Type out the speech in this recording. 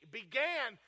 began